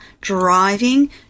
driving